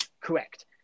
correct